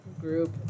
group